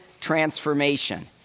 transformation